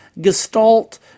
gestalt